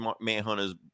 Manhunter's